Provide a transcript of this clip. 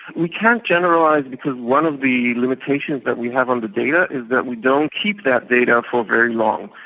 we can't generalise because one of the limitations that we have on the data is that we don't keep that data for very long.